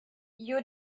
you